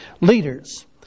leaders